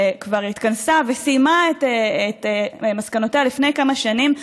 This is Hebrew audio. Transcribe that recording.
שכבר התכנסה וסיימה את מסקנותיה לפני כמה שנים,